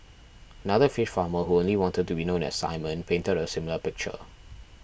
another fish farmer who only wanted to be known as Simon painted a similar picture